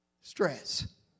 stress